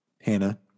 Hannah